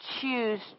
choose